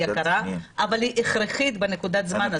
יקרה אבל היא הכרחית בנקודת הזמן הזאת.